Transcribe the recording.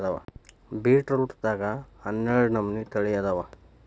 ಬೇಟ್ರೂಟದಾಗು ಹನ್ನಾಡ ನಮನಿ ತಳಿ ಅದಾವ